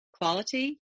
quality